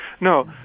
No